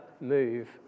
move